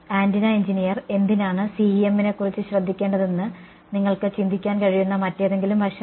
antenna engineer എന്തിനാണ് CEM നെക്കുറിച്ച് ശ്രദ്ധിക്കേണ്ടതെന്ന് നിങ്ങൾക്ക് ചിന്തിക്കാൻ കഴിയുന്ന മറ്റേതെങ്കിലും വശം